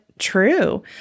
true